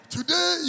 Today